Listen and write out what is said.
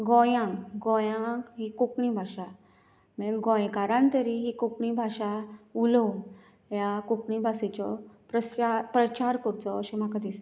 गोंयांक गोयांक ही कोंकणी भाशा मागीर गोंयकारान तरी ही कोंकणी भाशा उलोवन ह्या कोंकणी भाशेचो प्रसार प्रचार करचो अशें म्हाका दिसता